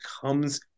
comes